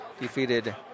defeated